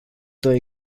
două